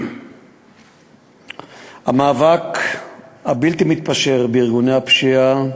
המאבק הבלתי-מתפשר בארגוני הפשיעה,